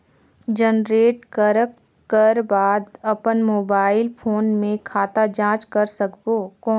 Generate करक कर बाद अपन मोबाइल फोन मे खाता जांच कर सकबो कौन?